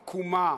עקומה,